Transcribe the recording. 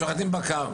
שוחטים בקר,